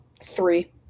three